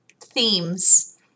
Themes